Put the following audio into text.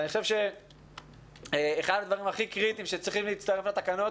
אני חושב שאחד הדברים הכי קריטיים שצריכים להצטרף לתקנות